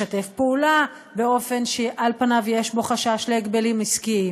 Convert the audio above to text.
לשתף פעולה באופן שעל פניו יש בו חשש להגבלים עסקיים?